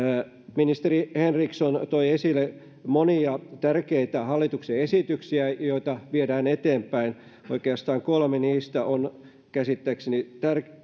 ministeri henriksson toi esille monia tärkeitä hallituksen esityksiä joita viedään eteenpäin oikeastaan kolme niistä on käsittääkseni